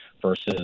Versus